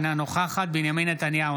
אינה נוכחת בנימין נתניהו,